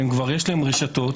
וכבר יש להם רשתות,